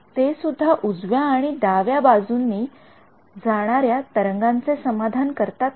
ते सुद्धा उजव्या आणि डाव्या दोन्ही तरंगांचे समाधान करतात का